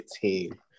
Team